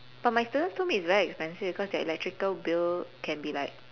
but my students told me it's very expensive cause their electrical bill can be like